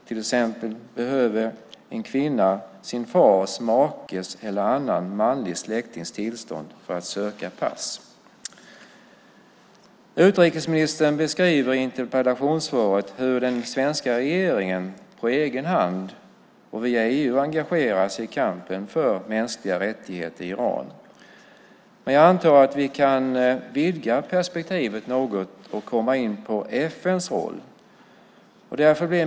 Till exempel behöver en kvinna sin fars, makes eller annan manlig släktings tillstånd för att söka pass. Utrikesministern beskrev i interpellationssvaret hur den svenska regeringen på egen hand och via EU engagerat sig i kampen för mänskliga rättigheter i Iran. Jag antar att vi kan vidga perspektivet något och komma in på FN:s roll.